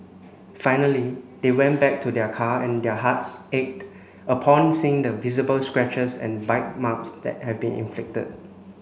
finally they went back to their car and their hearts ached upon seeing the visible scratches and bite marks that had been inflicted